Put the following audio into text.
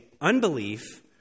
unbelief